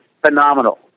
phenomenal